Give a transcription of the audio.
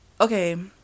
okay